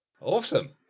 awesome